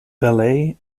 ballet